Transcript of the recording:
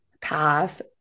path